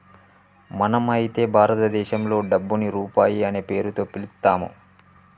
మనం అయితే భారతదేశంలో డబ్బుని రూపాయి అనే పేరుతో పిలుత్తాము